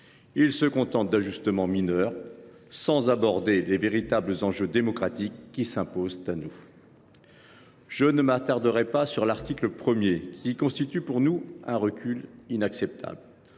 Il ne prévoit que des ajustements mineurs et n’aborde pas les véritables enjeux démocratiques qui s’imposent à nous. Je ne m’attarderai pas sur l’article 1, qui constitue pour nous un recul inacceptable.